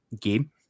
game